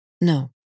No